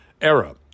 era